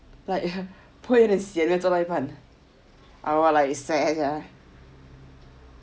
like you 不会 sian meh 做到一半 I will like seh sia